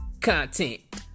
content